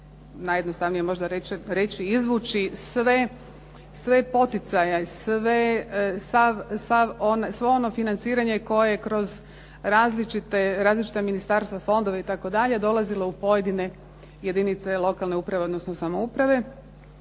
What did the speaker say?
najjednostavnije možda reći, izvući sve poticaje, svo ono financiranje koje kroz različita ministarstva, fondove, itd., dolazilo u pojedine jedinice uprave, odnosno samouprave.